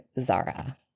Zara